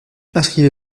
inscrivez